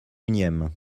unième